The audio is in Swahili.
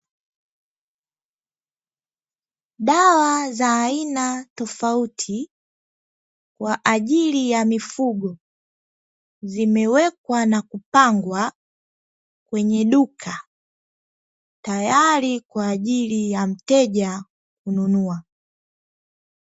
Dawa za aina tofauti kwaajili ya mifugo zimewekwa na kupangwa kwenye duka, tayari kwaajili ya mteja kununua.